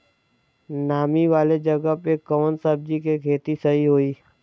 नामी वाले जगह पे कवन सब्जी के खेती सही होई?